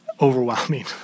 overwhelming